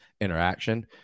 interaction